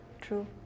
True